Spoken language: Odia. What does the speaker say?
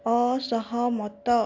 ଅସହମତ